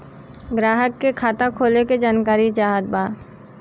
ग्राहक के खाता खोले के जानकारी चाहत बा?